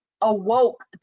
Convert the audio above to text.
awoke